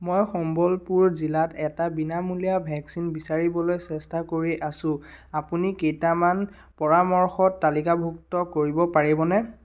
মই সম্বলপুৰ জিলাত এটা বিনামূলীয়া ভেকচিন বিচাৰিবলৈ চেষ্টা কৰি আছোঁ আপুনি কেইটামান পৰামৰ্শ তালিকাভুক্ত কৰিব পাৰিবনে